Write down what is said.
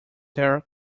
their